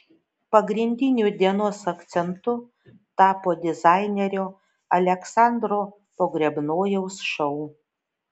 pagrindiniu dienos akcentu tapo dizainerio aleksandro pogrebnojaus šou